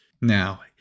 Now